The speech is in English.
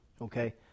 Okay